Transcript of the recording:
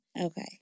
Okay